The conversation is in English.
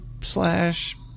slash